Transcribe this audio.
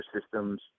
systems